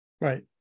Right